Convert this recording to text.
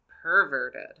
Perverted